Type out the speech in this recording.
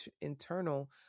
internal